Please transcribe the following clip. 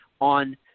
on